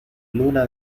luna